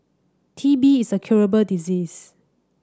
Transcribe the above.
T B is a curable disease